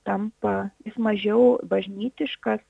tampa vis mažiau bažnytiškas